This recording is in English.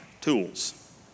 tools